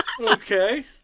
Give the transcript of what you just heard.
Okay